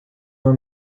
uma